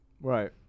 Right